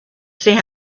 see